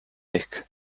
ehk